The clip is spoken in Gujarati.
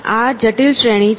આ જટિલ શ્રેણી છે